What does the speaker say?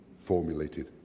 formulated